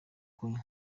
kunywa